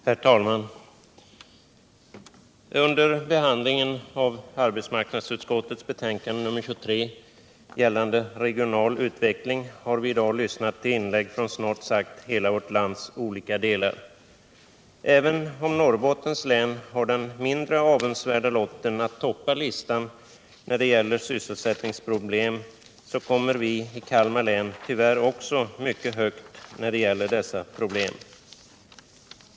Herr talman! Under behandlingen av arbetsmarknadsutskottets betänkande gällande regional utveckling har vi i dag lyssnat till inlägg från snart sagt hela vårt lands olika delar. Även om Norrbottens län har den mindre avundsvärda lotten att toppa listan när det gäller sysselsättningsproblem så kommer vi i Kalmar län tyvärr också mycket högt när det rör dessa problem.